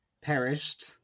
perished